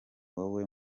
wowe